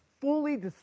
fully